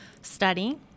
study